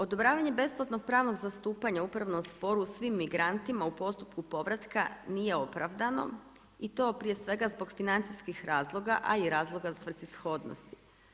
Odobravanje besplatnog pravnog zastupanja u upravnom sporu, svim migrantima u postupku povratka, nije opravdano, i to prije svega zbog financijskih razloga a i razloga svrsishodnosti.